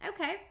Okay